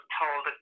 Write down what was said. told